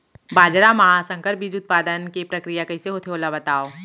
बाजरा मा संकर बीज उत्पादन के प्रक्रिया कइसे होथे ओला बताव?